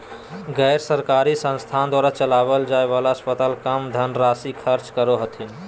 गैर सरकारी संस्थान द्वारा चलावल जाय वाला अस्पताल कम धन राशी खर्च करो हथिन